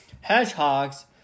Hedgehogs